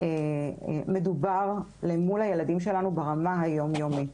מדובר למול הילדים שלנו ברמה היומיומית,